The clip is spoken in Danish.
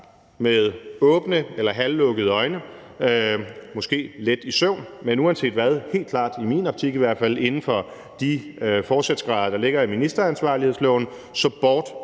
med åbne eller halvlukkede øjne, måske lidt i søvne, men uanset hvad helt klart – i min optik i hvert fald – inden for de forsætsgrader, den ligger i ministeransvarlighedsloven, så bort fra